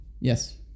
Yes